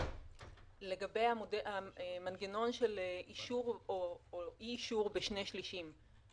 לגבי המנגנון של אישור או אי-אישור בשני שלישים.